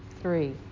three